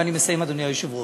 ואני מסיים, אדוני היושב-ראש.